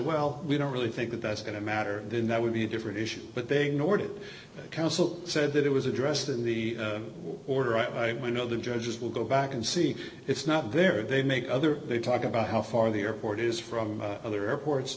well we don't really think that that's going to matter then that would be a different issue but they ignored it counsel said that it was addressed in the order i know the judges will go back and see it's not there they make other they talk about how far the airport is from other airports